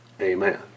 Amen